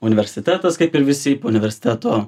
universitetas kaip ir visi po universiteto